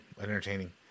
entertaining